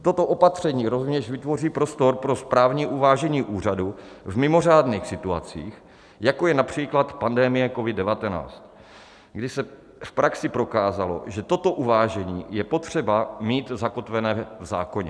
Toto opatření rovněž vytvoří prostor pro správní uvážení úřadu v mimořádných situacích, jako je například pandemie COVID19, kdy se v praxi prokázalo, že toto uvážení je potřeba mít zakotvené v zákoně.